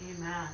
Amen